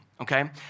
okay